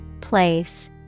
Place